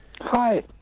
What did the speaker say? Hi